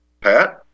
Pat